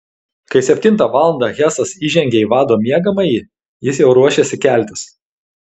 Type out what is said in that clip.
kai septintą valandą hesas įžengė į vado miegamąjį jis jau ruošėsi keltis